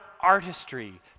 artistry